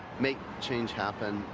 make change happen.